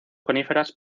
coníferas